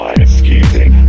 excusing